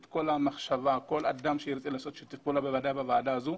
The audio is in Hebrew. את המחשבה בפני כל אדם שירצה לעשות שיתוף פעולה בוודאי בוועדה הזו.